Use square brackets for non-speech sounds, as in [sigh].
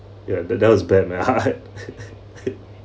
ya the that was bad man [laughs]